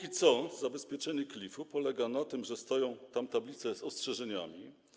Na razie zabezpieczenie klifu polega na tym, że stoją tam tablice z ostrzeżeniami.